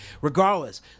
Regardless